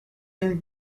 and